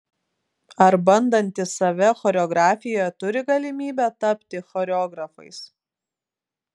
ar bandantys save choreografijoje turi galimybę tapti choreografais